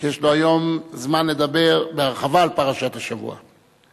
שיש לו היום זמן לדבר בהרחבה על פרשת השבוע.